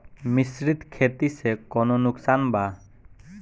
मिश्रित खेती से कौनो नुकसान बा?